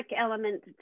element